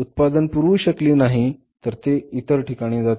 उत्पादन पुरवू शकली नाही तर ते इतर ठिकाणी जातील